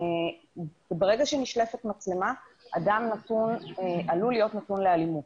ברגע שנשלפת מצלמה אדם עלול להיות נתון לאלימות.